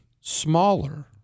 smaller